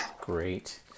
great